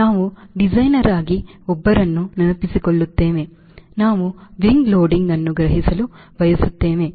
ನಾವು ಡಿಸೈನರ್ ಆಗಿ ಒಬ್ಬರನ್ನು ನೆನಪಿಸಿಕೊಳ್ಳುತ್ತೇನೆ ನಾವು ವಿಂಗ್ ಲೋಡಿಂಗ್ ಅನು ಗ್ರಹಿಸಲು ಬಯಸುತ್ತೇನೆ